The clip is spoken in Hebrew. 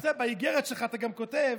באיגרת שלך אתה גם כותב: